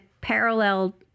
parallel